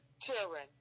children